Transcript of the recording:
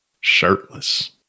shirtless